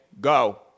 go